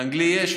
לאנגלי יש,